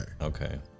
Okay